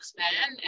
man